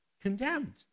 condemned